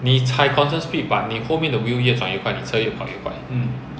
你踩 constant speed but 你后面的 wheel 越转越快车越跑越快